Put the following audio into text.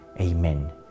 Amen